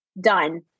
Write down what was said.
done